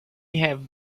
have